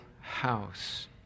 house